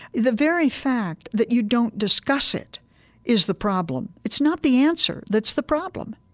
the very fact that you don't discuss it is the problem. it's not the answer that's the problem.